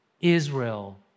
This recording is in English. Israel